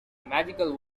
magical